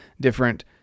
different